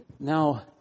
Now